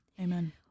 Amen